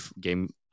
game